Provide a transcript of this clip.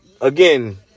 Again